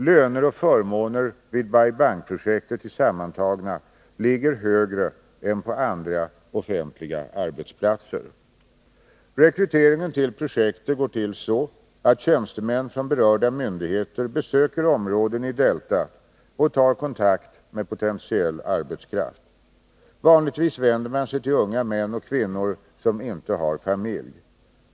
Löner och förmåner vid Bai Bang-projektet tillsammantagna ligger högre än på andra offentliga arbetsplatser. Rekryteringen till projektet går till så att tjänstemän från berörda myndigheter besöker områden i deltat och tar kontakt med potentiell arbetskraft. Vanligtvis vänder man sig till unga män och kvinnor som inte har familj.